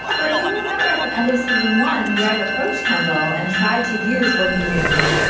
but if you remember at the end of season one greg approached kendall and tried to use what he knew.